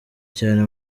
cyane